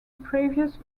previous